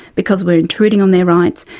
because we're intruding on their rights,